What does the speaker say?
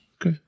Okay